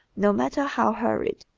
no matter how hurried,